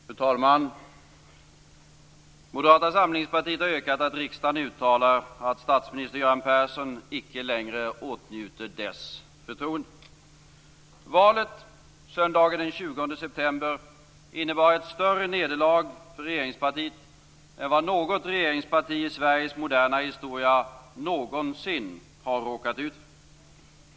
Fru talman! Moderata samlingspartiet har yrkat att riksdagen uttalar att statsminister Göran Persson icke längre åtnjuter dess förtroende. Valet söndagen den 20 september innebar ett större nederlag för regeringspartiet än vad något regeringsparti i Sveriges moderna historia någonsin har råkat ut för.